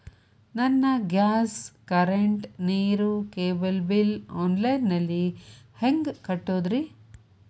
ನನ್ನ gas, current, ನೇರು, cable bill online ನಲ್ಲಿ ಹೆಂಗ್ ಕಟ್ಟೋದ್ರಿ?